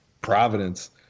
providence